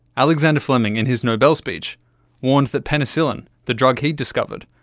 alexander fleming in his nobel speech warned that penicillin, the drug he discovered,